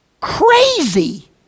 crazy